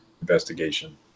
investigation